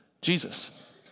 Jesus